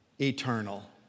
eternal